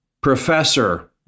Professor